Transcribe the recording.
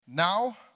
Now